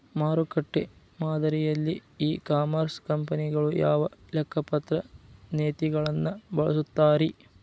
ಮಾರುಕಟ್ಟೆ ಮಾದರಿಯಲ್ಲಿ e commerce ಕಂಪನಿಗಳು ಯಾವ ಲೆಕ್ಕಪತ್ರ ನೇತಿಗಳನ್ನ ಬಳಸುತ್ತಾರಿ?